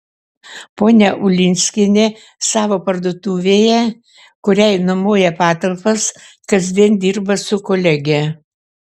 ponia ulinskienė savo parduotuvėje kuriai nuomoja patalpas kasdien dirba su kolege